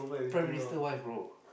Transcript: Prime Minister wife bro